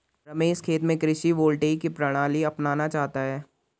रमेश खेत में कृषि वोल्टेइक की प्रणाली अपनाना चाहता है